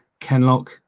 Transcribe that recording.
Kenlock